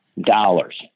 dollars